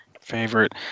Favorite